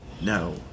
No